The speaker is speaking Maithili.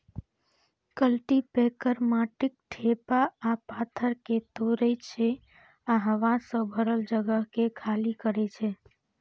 कल्टीपैकर माटिक ढेपा आ पाथर कें तोड़ै छै आ हवा सं भरल जगह कें खाली करै छै